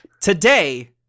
Today